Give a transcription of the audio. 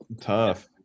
Tough